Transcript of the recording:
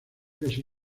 casi